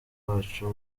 wacu